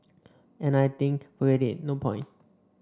and I think forget it no point